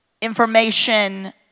information